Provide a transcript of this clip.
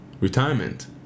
retirement